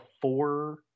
four